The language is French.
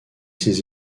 ses